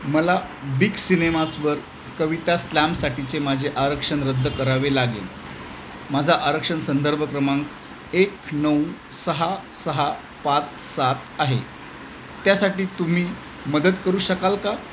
मला बिग सिनेमाजवर कविता स्लॅमसाठीचे माझे आरक्षण रद्द करावे लागेल माझा आरक्षण संदर्भ क्रमांक एक नऊ सहा सहा पाच सात आहे त्यासाठी तुम्ही मदत करू शकाल का